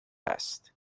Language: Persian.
است